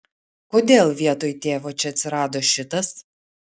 kodėl vietoj tėvo čia atsirado šitas